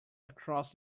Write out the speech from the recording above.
across